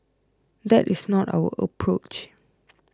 that is not our approach